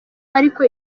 ariko